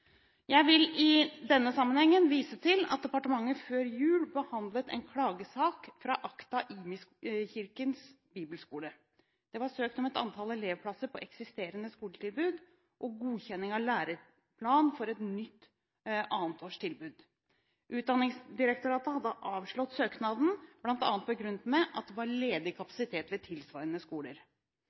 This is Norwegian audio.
Jeg vil i denne sammenheng vise til at departementet før jul behandlet en klagesak fra ACTA – IMI Kirkens Bibelskole. Det var søkt om økt antall elevplasser på eksisterende skoletilbud og godkjenning av læreplan for et nytt 2. års tilbud. Utdanningsdirektoratet hadde avslått søknaden, bl.a. begrunnet med at det var ledig kapasitet ved tilsvarende skoler.